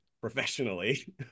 professionally